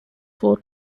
four